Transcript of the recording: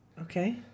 Okay